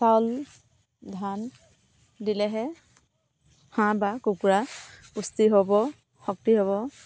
চাউল ধান দিলেহে হাঁহ বা কুকুৰা পুষ্টি হ'ব শক্তি হ'ব